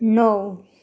णव